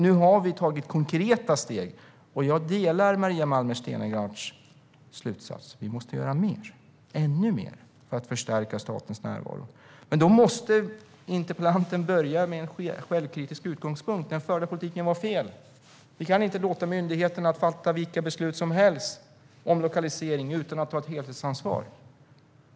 Nu har vi tagit konkreta steg, men jag delar Maria Malmer Stenergards slutsats: Vi måste göra mer, ännu mer, för att förstärka statens närvaro. Men interpellanten måste börja med en självkritisk utgångspunkt. Den förda politiken var fel. Vi kan inte låta myndigheterna fatta vilka beslut som helst om lokalisering utan att ta ett helhetsansvar.